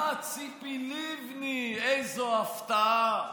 אה, ציפי לבני, איזו הפתעה.